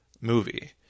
movie